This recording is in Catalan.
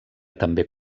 també